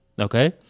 okay